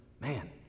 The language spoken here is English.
man